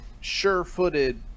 sure-footed